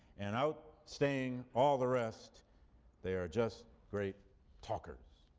and outstaying all the rest they are just great talkers.